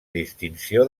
distinció